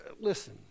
Listen